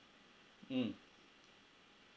mm